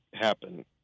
happen